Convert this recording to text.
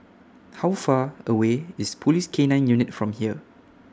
How Far away IS Police K nine Unit from here